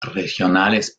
regionales